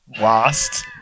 lost